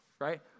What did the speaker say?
right